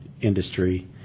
industry